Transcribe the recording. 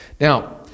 Now